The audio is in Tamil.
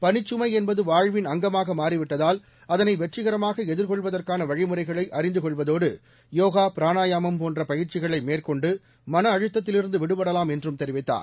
பணிச்சுமை என்பது வாழ்வின் வெற்றிகரமாக எதிர்கொள்வதற்கான வழிமுறைகளை அறிந்து கொள்வதோடு யோகா பிராணாயாமம் போன்ற பயிற்சிகளை மேற்கொண்டு மன அழுத்தத்திலிருந்து விடுபடலாம் என்றும் தெரிவித்தார்